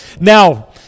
Now